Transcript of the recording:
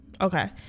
Okay